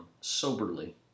soberly